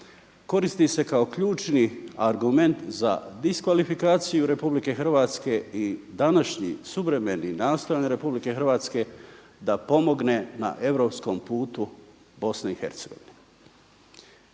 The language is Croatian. koristi se kao ključni argument za diskvalifikaciju RH i današnji suvremeni … RH da pomogne na europskom putu BiH.